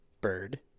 bird